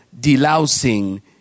delousing